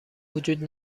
وجود